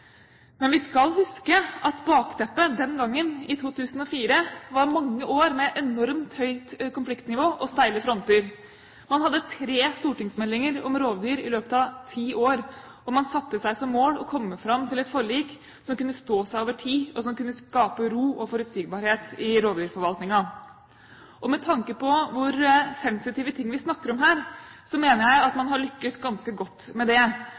Men vi skal huske at bakteppet den gangen, i 2004, var mange år med enormt høyt konfliktnivå og steile fronter. Man hadde fått tre stortingsmeldinger om rovdyr i løpet av ti år, og man satte seg som mål å komme fram til et forlik som kunne stå seg over tid, og som kunne skape ro og forutsigbarhet i rovdyrforvaltningen. Med tanke på hvor sensitive ting det er snakk om her, mener jeg at man har lyktes ganske godt med det.